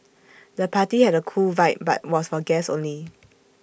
the party had A cool vibe but was for guests only